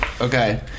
okay